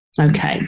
okay